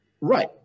Right